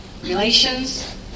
relations